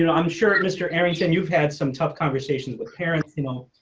you know i'm sure mr aaron can you've had some tough conversations with parents, you know,